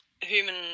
human